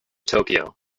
tokyo